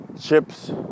chips